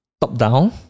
Top-down